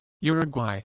Uruguay